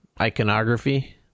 iconography